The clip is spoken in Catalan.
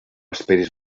esperis